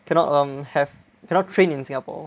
cannot um have cannot train in Singapore